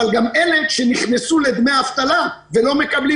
אבל גם אלה שנכנסו לדמי אבטלה ולא מקבלים